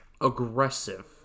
aggressive